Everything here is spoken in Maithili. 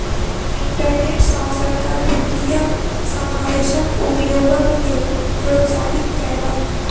इंटरनेट सॅ सरकार वित्तीय समावेशक उपयोगक लेल प्रोत्साहित कयलक